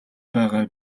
байгаа